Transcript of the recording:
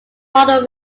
puerto